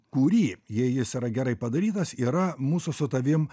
kurį jei jis yra gerai padarytas yra mūsų su tavim